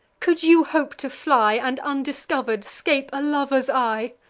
could you hope to fly, and undiscover'd scape a lover's eye?